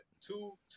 two